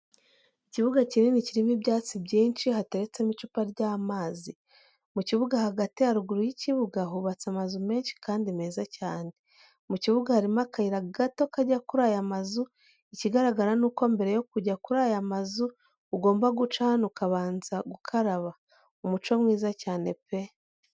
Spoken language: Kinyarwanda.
Ikibuga kinini kirimo ibyatsi byinshi hateretsemo icupa ry'amazi, mu kibuga hagati haruguru y'ikibuga hubatse amazu menshi kandi meza cyane. mu kibuga harimo akayira gato kajya kuri aya mazu ikigaragara nuko mbere yo kujya kuri aya mazu ugomba guca hano ukabanza gukaraba. Umuco mwiza cyane pe.